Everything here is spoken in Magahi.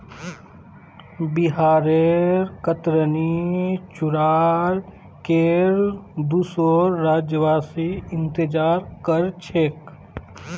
बिहारेर कतरनी चूड़ार केर दुसोर राज्यवासी इंतजार कर छेक